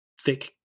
thick